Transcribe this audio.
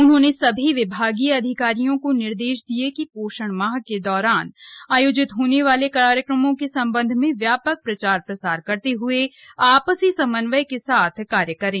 उन्होंने सभी विभागीय अधिकारियों को निर्देश दिये कि पोषण माह के दौरान आयोजित होने वाले कार्यक्रमों के संबंध में व्यापक प्रचार प्रसार करते हुए आपसी समन्वय के साथ कार्य करें